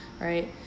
Right